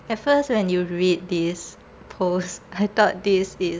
at first when you read this post I thought this is